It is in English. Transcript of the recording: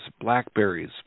blackberries